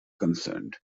concerned